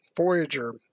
Voyager